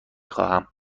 خواهم